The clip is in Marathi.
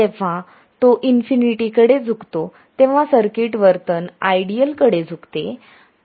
जेव्हा तो इन्फिनिटी कडे झुकतो तेव्हा सर्किट वर्तन आयडियल कडे झुकते